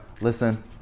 listen